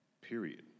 period